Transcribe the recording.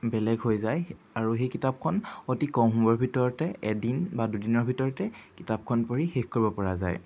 বেলেগ হৈ যায় আৰু সেই কিতাপখন অতি কম সময়ৰ ভিতৰতে এদিন বা দুদিনৰ ভিতৰতে কিতাপখন পঢ়ি শেষ কৰিব পৰা যায়